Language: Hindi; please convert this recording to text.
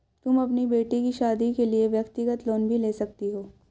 तुम अपनी बेटी की शादी के लिए व्यक्तिगत लोन भी ले सकती हो